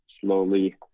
slowly